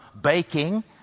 baking